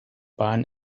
bahn